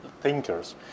thinkers